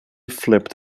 flipped